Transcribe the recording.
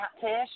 catfish